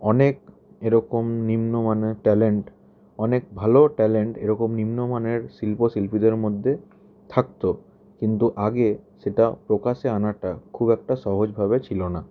অনেক এরকম নিম্নমানের ট্যালেন্ট অনেক ভালো ট্যালেন্ট এরকম নিম্নমানের শিল্প শিল্পীদের মধ্যে থাকত কিন্তু আগে সেটা প্রকাশ্যে আনাটা খুব একটা সহজভাবে ছিল না